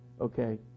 Okay